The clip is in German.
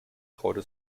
traute